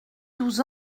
douze